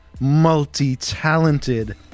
multi-talented